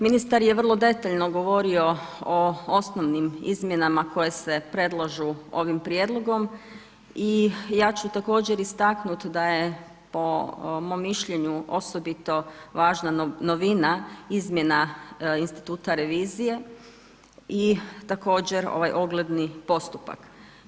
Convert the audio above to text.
Ministar je vrlo detaljno govorio o osnovnim izmjenama koje se predlažu ovim prijedlogom i ja ću također istaknuti da je o mom mišljenju osobito važna novina izmjena instituta revizije i također ovaj ogledni postupak.